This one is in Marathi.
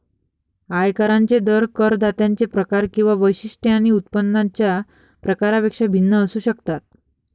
आयकरांचे दर करदात्यांचे प्रकार किंवा वैशिष्ट्ये आणि उत्पन्नाच्या प्रकारापेक्षा भिन्न असू शकतात